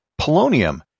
Polonium